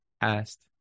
asked